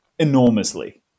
Enormously